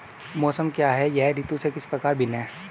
मौसम क्या है यह ऋतु से किस प्रकार भिन्न है?